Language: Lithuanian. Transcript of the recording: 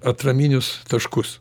atraminius taškus